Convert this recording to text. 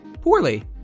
poorly